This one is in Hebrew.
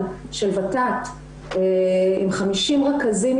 בוועדת המעקב ובמרכז "חיראק" הגשנו נייר עמדה